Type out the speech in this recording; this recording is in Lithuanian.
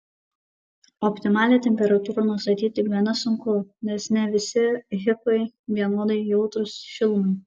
optimalią temperatūrą nustatyti gana sunku nes ne visi hifai vienodai jautrūs šilumai